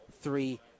three